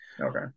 Okay